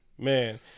Man